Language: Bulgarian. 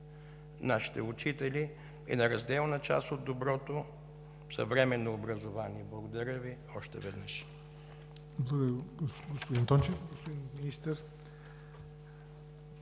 нашите учители, е неразделна част от доброто съвременно образование. Благодаря Ви още веднъж.